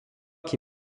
qui